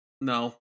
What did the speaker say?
No